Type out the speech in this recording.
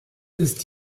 ist